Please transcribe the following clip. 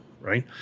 right